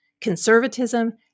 conservatism